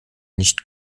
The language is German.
nicht